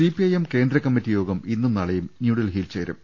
CPIM കേന്ദ്ര committee യോഗം ഇന്നും നാളെയും ന്യൂഡൽഹിയിൽ ചേരും